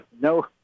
no